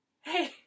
Hey